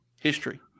History